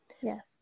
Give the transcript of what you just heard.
yes